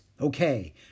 Okay